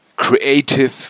Creative